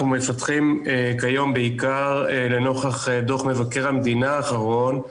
מפתחים כיום בעיקר לנוכח דו"ח מבקר המדינה האחרון,